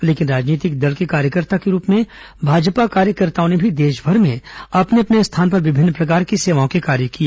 लेकिन राजनीतिक दल के कार्यकर्ता के रूप में भाजपा कार्यकर्ताओं ने भी देश भर में अपने अपने स्थान पर विभिन्न प्रकार की सेवाओं के कार्य किए